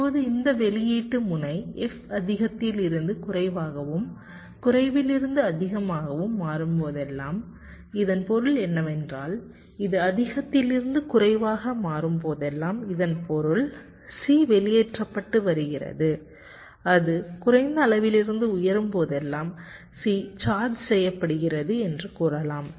இப்போது இந்த வெளியீட்டு முனை f அதிகத்திலிருந்து குறைவாகவும் குறைவிலிருந்து அதிகமாக மாறும்போதெல்லாம் இதன் பொருள் என்னவென்றால் இது அதிகத்திலிருந்து குறைவாக மாறும் போதெல்லாம் இதன் பொருள் C வெளியேற்றப்பட்டு வருகிறது அது குறைந்த அளவிலிருந்து உயரும் போதெல்லாம் C ஜார்ஜ் செய்யப்படுகிறது என்று கூறலாம்